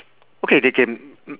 okay they can